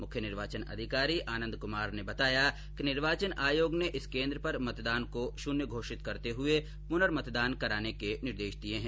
मुख्य निर्वाचन अधिकारी आनंद कुमार ने बताया कि निर्वाचन आयोग ने इस केन्द्र पर मतदान को शून्य घोषित करते हुए पुनर्मतदान कराने के निर्देश दिए हैं